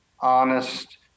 honest